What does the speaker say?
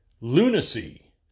lunacy